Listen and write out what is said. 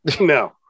No